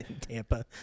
Tampa